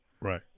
Right